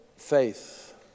Faith